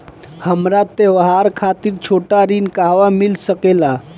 हमरा त्योहार खातिर छोटा ऋण कहवा मिल सकेला?